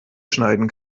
schneiden